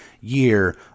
year